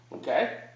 Okay